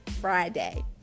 Friday